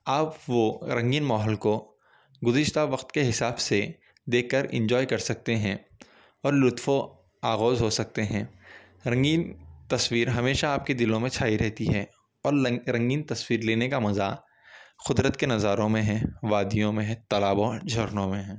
آپ وہ رنگین ماحول کو گذشتہ وقت کے حساب سے دیکھ کر انجوائے کر سکتے ہیں اور لُطف و آغوش ہو سکتے ہیں رنگین تصویر ہمیشہ آپ کے دِلوں میں چھائی رہتی ہے اور رنگین تصویر لینے کا مزہ قدرت کے نظاروں میں ہے وادیوں میں ہے تالابوں اور جھرنوں میں ہے